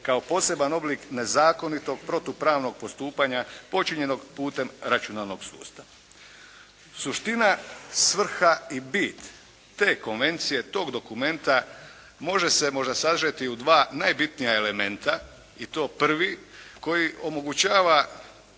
kao poseban oblik nezakonitog protupravnog postupanja počinjenog putem računalnog sustava. Suština, svrha i bit te konvencije, tog dokumenta može se možda sažeti u dva najbitnija elementa i to prvi koji omogućava